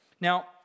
Now